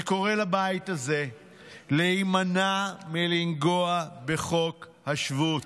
אני קורא לבית הזה להימנע מלנגוע בחוק השבות.